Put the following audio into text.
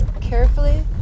carefully